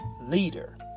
leader